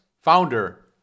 founder